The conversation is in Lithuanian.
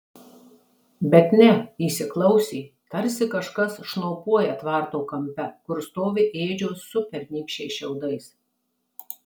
bet ne įsiklausė tarsi kažkas šnopuoja tvarto kampe kur stovi ėdžios su pernykščiais šiaudais